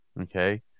Okay